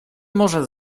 może